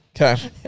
Okay